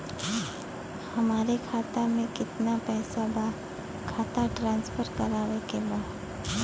हमारे खाता में कितना पैसा बा खाता ट्रांसफर करावे के बा?